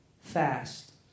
fast